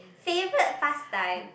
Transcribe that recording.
favourite pastime